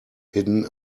hidden